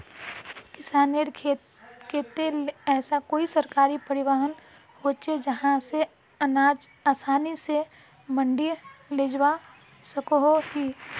किसानेर केते ऐसा कोई सरकारी परिवहन होचे जहा से अनाज आसानी से मंडी लेजवा सकोहो ही?